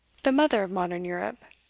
the mother of modern europe,